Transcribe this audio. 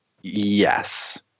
Yes